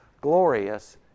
glorious